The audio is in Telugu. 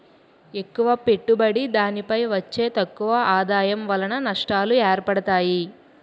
ఎక్కువ పెట్టుబడి దానిపై వచ్చే తక్కువ ఆదాయం వలన నష్టాలు ఏర్పడతాయి